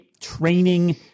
training